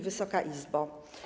Wysoka Izbo!